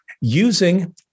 using